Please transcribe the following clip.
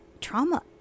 trauma